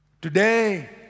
Today